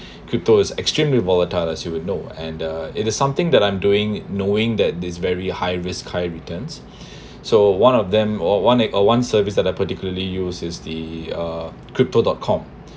crypto is extremely volatile as you would know and the it is something that I'm doing knowing that these very high risk high returns so one of them or one uh one service that are particularly use is the uh crypto dot com